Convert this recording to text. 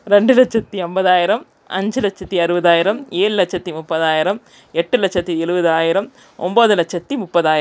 ரெண்டு லட்சத்தி ஐம்பதாயிரம் அஞ்சு லட்சத்தி அறுபதாயிரம் ஏழு லட்சத்தி முப்பதாயிரம் எட்டு லட்சத்தி எழுவதாயிரம் ஒன்போது லட்சத்தி முப்பதாயிரம்